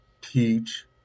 teach